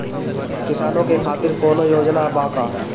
किसानों के खातिर कौनो योजना बा का?